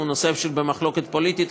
הוא נושא שבמחלוקת פוליטית,